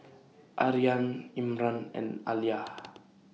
Aryan Imran and Alya